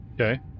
Okay